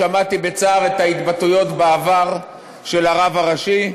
שמעתי בצער את ההתבטאויות של הרב הראשי בעבר,